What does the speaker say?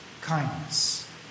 kindness